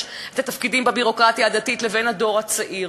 את התפקידים בביורוקרטיה הדתית לבין הדור הצעיר.